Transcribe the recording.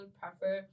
prefer